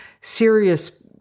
serious